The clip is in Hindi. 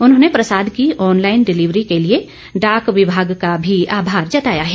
उन्होंने प्रसाद की ऑनलाईन डिलिवरी के लिए डाक विभाग का भी आभार जताया है